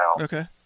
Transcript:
Okay